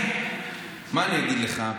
מה אני אגיד לך?